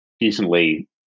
decently